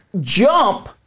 jump